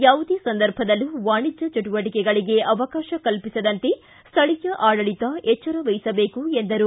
ಯಾವುದೇ ಸಂದರ್ಭದಲ್ಲೂ ವಾಣಿಜ್ಯ ಚಟುವಟಿಕೆಗಳಿಗೆ ಅವಕಾಶ ಕಲ್ಪಿಸದಂತೆ ಸ್ಥಳೀಯ ಆಡಳಿತ ಎಚ್ಚರ ವಹಿಸಬೇಕು ಎಂದರು